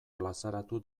plazaratu